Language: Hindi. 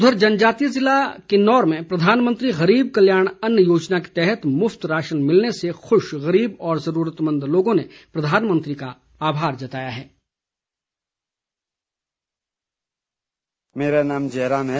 उधर जनजातीय ज़िला किन्नौर में प्रधानमंत्री गरीब कल्याण अन्न योजना के तहत मुफ्त राशन मिलने से खुश गरीब व जरूरतमंद लोगों ने प्रधानमंत्री का आभार जताया है